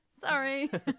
sorry